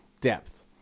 depth